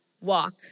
walk